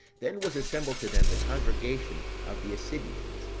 then was assembled to them the congregation of the assideans,